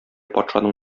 патшаның